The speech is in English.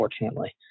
unfortunately